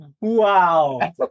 Wow